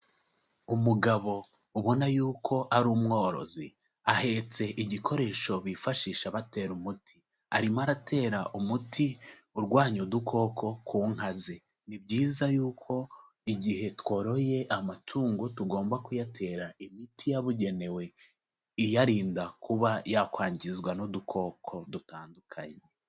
Umugabo ubona yuko ari umworozi ,ahetse igikoresho bifashisha batera umuti, arimo aratera umuti urwanya udukoko ku nka ze. Ni byiza yuko igihe tworoye amatungo tugomba kuyatera imiti yabugenewe iyarinda kuba yakwangizwa n'udukoko dutandukanye.